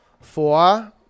Four